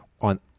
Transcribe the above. on